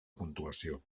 puntuació